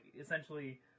essentially